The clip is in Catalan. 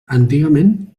antigament